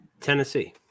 Tennessee